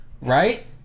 right